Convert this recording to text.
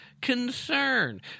concern